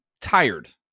tired